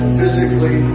physically